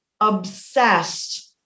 obsessed